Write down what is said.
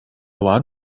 var